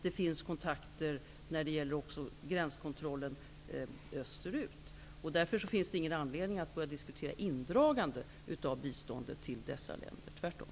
Det finns även kontakter när det gäller gränskontrollen österut. Det finns därför ingen anledning att börja diskutera indragande av bistånd till dessa länder, tvärtom.